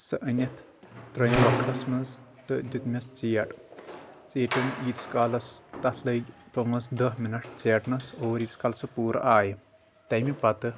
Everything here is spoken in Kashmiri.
سُہ أنِتھ ترٲیِم وۄکھلس منٛز تہٕ دِتمیوٚس ژیٹ ژیٖوٗٹُم ییٖتِس کالس تتھ لٔگۍ پانٛژھ دہ منٹ ژیٹنس اور ییٖتِس کالس سۄ پوٗرٕ آیہِ تیٚمہِ پتہٕ